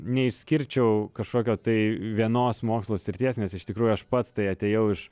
neišskirčiau kažkokio tai vienos mokslo srities nes iš tikrųjų aš pats tai atėjau iš